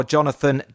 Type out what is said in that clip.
Jonathan